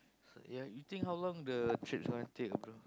ya you think how long the trip is gonna take bro